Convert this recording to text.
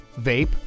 vape